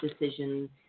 decision